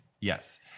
Yes